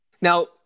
Now